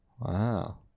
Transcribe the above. Wow